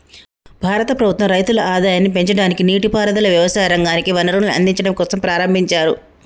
భారత ప్రభుత్వం రైతుల ఆదాయాన్ని పెంచడానికి, నీటి పారుదల, వ్యవసాయ రంగానికి వనరులను అందిచడం కోసంప్రారంబించారు